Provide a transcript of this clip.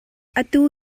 atu